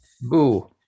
Boo